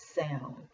sound